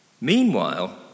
Meanwhile